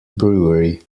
brewery